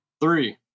Three